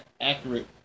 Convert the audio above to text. accurate